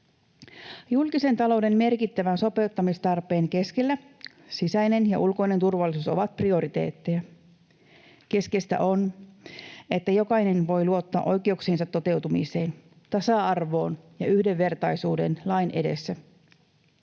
Julkisen talouden merkittävän sopeuttamistarpeen keskellä sisäinen ja ulkoinen turvallisuus ovat prioriteetteja. Keskeistä on, että jokainen voi luottaa oikeuksiensa toteutumiseen, tasa-arvoon ja yhdenvertaisuuteen lain edessä.